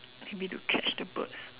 okay we need to catch the birds